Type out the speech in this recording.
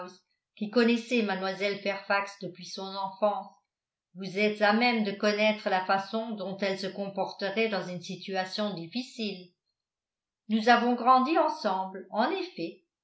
qui connaissez mlle fairfax depuis son enfance vous êtes à même de connaître la façon dont elle se comporterait dans une situation difficile nous avons grandi ensemble en effet